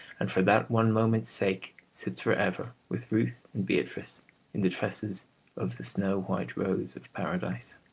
and for that one moment's sake sits for ever with ruth and beatrice in the tresses of the snow-white rose of paradise.